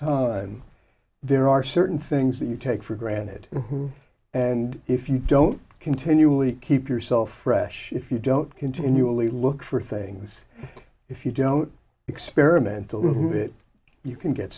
time there are certain things that you take for granted and if you don't continually keep yourself fresh if you don't continually look for things if you don't experimental who hit you can get